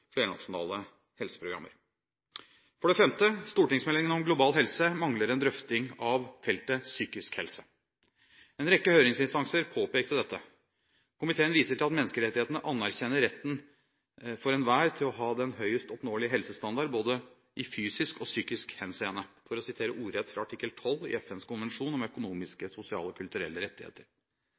flernasjonale helseprogrammer. For det femte: Stortingsmeldingen om global helse mangler en drøfting av feltet psykisk helse. En rekke høringsinstanser påpekte dette. Komiteen viser til at menneskerettighetene «anerkjenner retten for enhver til å ha den høyest oppnåelige helsestandard både i fysisk og psykisk henseende.» Dette er ordrett sitert fra artikkel 12 i FNs konvensjon om økonomiske, sosiale og kulturelle rettigheter.